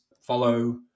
follow